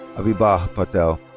habeebah patel.